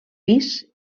pis